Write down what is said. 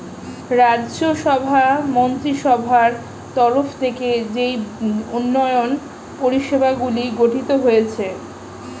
রাজ্য সভার মন্ত্রীসভার তরফ থেকে যেই উন্নয়ন পরিষেবাগুলি গঠিত হয়েছে